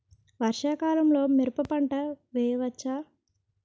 వర్షాకాలంలో మిరప పంట వేయవచ్చా?